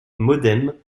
modem